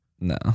No